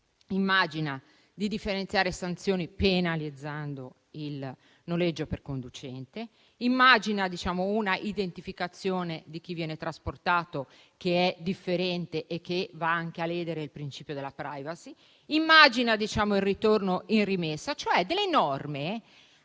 immagina di differenziare sanzioni, penalizzando il noleggio con conducente; immagina un'identificazione di chi viene trasportato, che è differente e va anche a ledere il principio della *privacy*; immagina il ritorno in rimessa, cioè delle norme